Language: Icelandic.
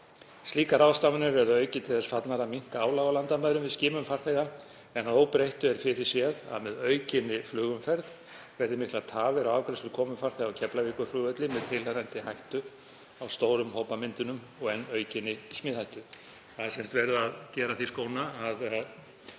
Slíkar ráðstafanir eru að auki til þess fallnar að minnka álag á landamærum við skimun farþega en að óbreyttu er fyrirséð að með aukinni flugumferð verði miklar tafir á afgreiðslu komufarþega á Keflavíkurflugvelli með tilheyrandi hættu á stórum hópamyndunum og enn aukinni smithættu. Það er sem sagt verið að gera því skóna að